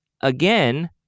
again